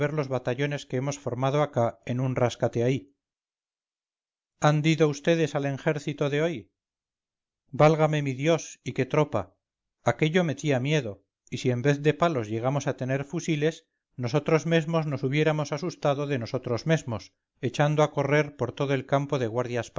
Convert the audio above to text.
los batallones que hemos formado acá en un ráscate ahí han dido vds al enjercicio de hoy válgame mi dios y qué tropa aquello metía miedo y si en vez de palos llegamos a tener fusiles nosotros mesmos nos hubiéramos asustado de nosotros mesmos echando a correr por todo el campo de guardias